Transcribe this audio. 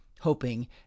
hoping